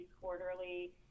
quarterly